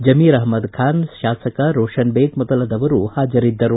ಜಮೀರ್ ಅಹಮದ್ ಖಾನ್ ಶಾಸಕ ರೋಷನ್ ಬೇಗ್ ಮೊದಲಾದವರು ಹಾಜರಿದ್ದರು